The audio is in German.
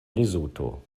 lesotho